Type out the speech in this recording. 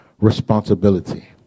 responsibility